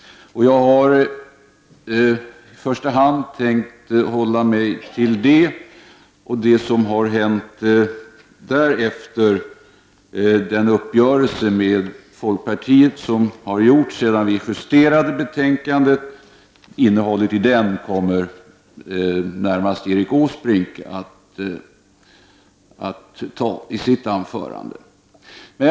Jag har i första hand tänkt hålla mig till detta. Det som har hänt därefter och innehållet i den uppgörelse med folkpartiet som träffats sedan vi justerade betänkandet kommer närmast Erik Åsbrink att ta upp i sitt anförande.